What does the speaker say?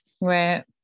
Right